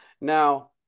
Now